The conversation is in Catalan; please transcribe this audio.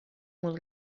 molt